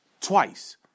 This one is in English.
twice